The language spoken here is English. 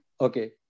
okay